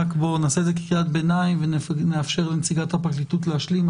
אבל בואו נעשה את זה כקריאת ביניים ונאפשר לנציגת הפרקליטות להשלים.